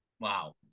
Wow